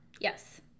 Yes